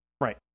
Right